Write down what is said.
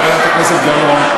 חברת הכנסת גלאון,